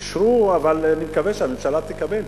אישרו, אישרו, אבל אני מקווה שהממשלה תכבד.